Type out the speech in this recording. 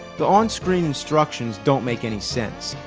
the on-screen instructions don't make any sense.